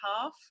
half